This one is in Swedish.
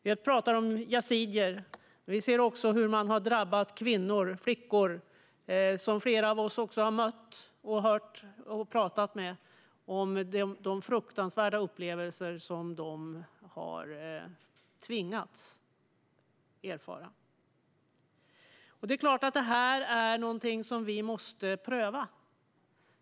Jag talar om yazidier. Vi har sett hur det har drabbat kvinnor och flickor. Flera av oss har mött, hört och pratat med några om de fruktansvärda upplevelser som de har tvingats erfara. Det är klart att det här är någonting som vi måste pröva.